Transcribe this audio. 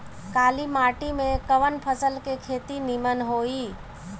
काली माटी में कवन फसल के खेती नीमन होई?